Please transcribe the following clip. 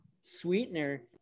sweetener